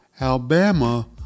Alabama